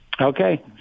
okay